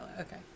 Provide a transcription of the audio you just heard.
okay